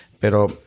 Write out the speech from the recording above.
Pero